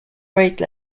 grade